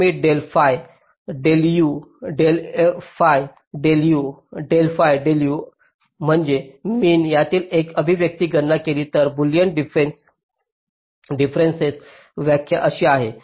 जर मी del fi del u del fi del u del fi del u म्हणजे mean यासारखे एक अभिव्यक्ती गणना केली तर बुलियन डिफरेन्सची व्याख्या अशी आहे